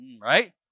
Right